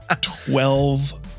Twelve